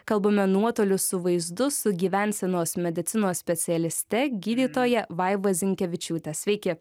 kalbame nuotoliu su vaizdu su gyvensenos medicinos specialiste gydytoja vaiva zinkevičiūte sveiki